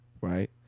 right